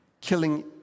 killing